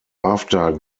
after